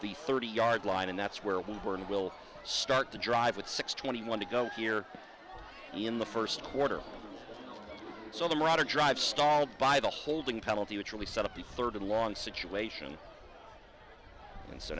the thirty yard line and that's where we are and will start to drive with six twenty one to go here in the first quarter so the right to drive stalled by the holding penalty which really set up the third and long situation and so